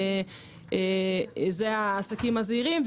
זה העסקים הזעירים.